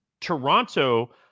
Toronto